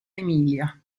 emilia